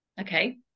Okay